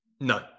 No